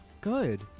good